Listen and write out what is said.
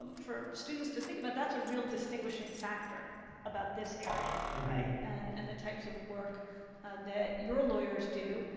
um for students to think about that's a real distinguishing factor about this area, right? and and the types of work that your lawyers do.